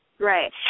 Right